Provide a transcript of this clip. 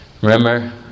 Remember